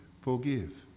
forgive